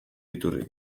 iturri